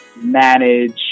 manage